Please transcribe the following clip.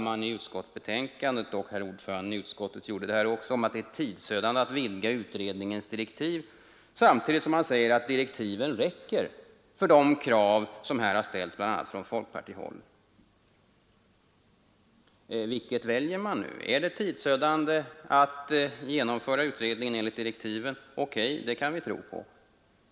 I utskottsbetänkandet talas om — och herr ordföranden i utskottet talade också om det — att vidga utredningens direktiv, samtidigt som man säger att direktiven räcker för de krav som här har ställts, bl.a. från folkpartihåll. Vilket väljer man nu? Är det tidsödande att genomföra utredningen enligt direktiven? O.K. — det kan vi tro på.